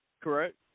correct